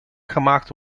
gemaakt